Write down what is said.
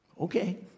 Okay